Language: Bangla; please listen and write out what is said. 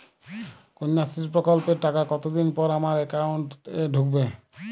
কন্যাশ্রী প্রকল্পের টাকা কতদিন পর আমার অ্যাকাউন্ট এ ঢুকবে?